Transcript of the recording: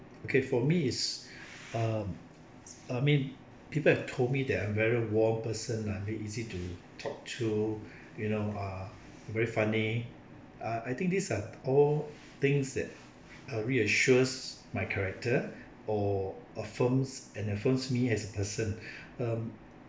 okay for me is um uh I mean people have told me that I am a very warm person ah very easy to talk to you know uh very funny uh I think these are all things that uh reassures my character or affirms and affirms me as a person um